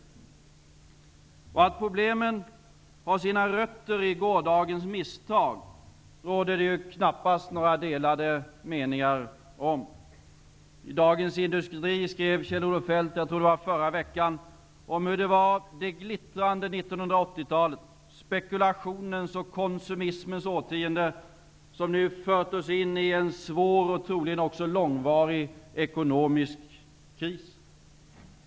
Att dagens problem har sina rötter i gårdagens misstag råder det knappast några delade meningar om. I Dagens Industri skrev Kjell-Olof Feldt i förra veckan om hur ''det glittrande 1980-talet'' -- spekulationens och konsumismens årtionde -- nu fört oss in i en svår och troligen också långvarig ekonomisk kris.